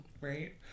right